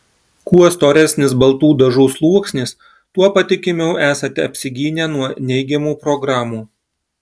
kuo storesnis baltų dažų sluoksnis tuo patikimiau esate apsigynę nuo neigiamų programų